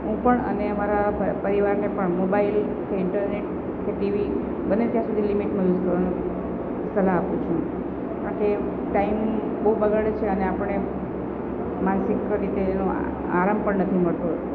હું પણ અને અમારા પરિવારને પણ મોબાઈલ ઈન્ટરનેટ કે ટીવી બને ત્યાં સુધી લિમિટમાં યુઝ કરવાનો સલાહ આપું છું કારણ કે એ ટાઈમ બહુ બગાડે છે અને આપણે માનસિક રીતે એનો આરામ પણ નથી મળતો